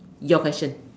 your question